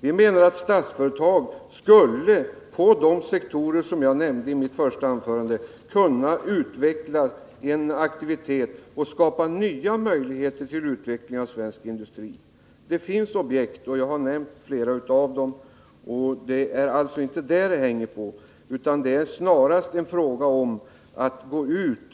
Vi menar att Statsföretag på de sektorer som jag nämnde i mitt första anförande borde kunna utveckla aktivitet och skapa nya möjligheter för en utveckling av svensk industri. Det finns objekt — jag har nämnt flera av dem. Det är alltså inte det som det hänger på, utan det är snarast fråga om att